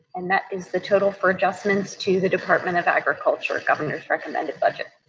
and that is the total for adjustments to the department of agriculture governor's recommended budget.